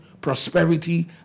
prosperity